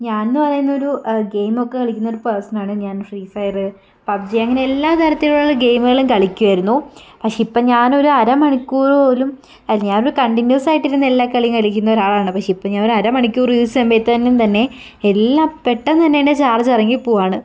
ഞാൻ എന്ന് പറയുന്ന ഒരു ഗെയിം ഒക്കെ കളിക്കുന്ന ഒരു പേഴ്സണാണ് ഞാൻ ഫ്രീ ഫയറ് പബ്ജി അങ്ങനെ എല്ലാ തരത്തിലുള്ള ഗെയിമുകളും കളിക്കുമായിരുന്നു പക്ഷെ ഇപ്പം ഞാൻ ഒരു അരമണിക്കൂർ പോലും അല്ല ഞാൻ ഒരു കണ്ടിന്യുസ് ആയിട്ട് ഇരുന്ന് എല്ലാ കളിയും കളിക്കുന്ന ഒരാളാണ് പക്ഷെ ഇപ്പം ഞാൻ ഒരു അരമണിക്കൂറർ യൂസ് ചെയ്യുമ്പത്തേനും തന്നെ എല്ലാം പെട്ടെന്ന് തന്നെ ഇതിൻ്റെ ചാർജ് ഇറങ്ങി പോകുകയാണ്